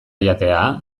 jatea